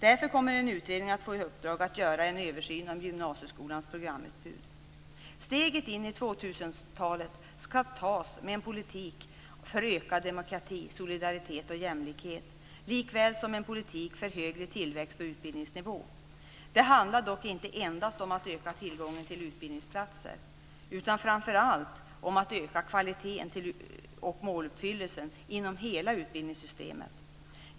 Därför kommer en utredning att få i uppdrag att göra en översyn av gymnasieskolans programutbud. Steget in i 2000-talet ska tas med en politik för ökad demokrati, solidaritet och jämlikhet liksom en politik för högre tillväxt och utbildningsnivå. Det handlar dock inte endast om att öka tillgången till utbildningsplatser. Framför allt handlar det om att öka kvaliteten och måluppfyllelsen inom hela utbildningssystemet.